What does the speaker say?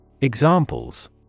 Examples